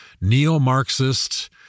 neo-Marxist